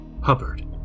Hubbard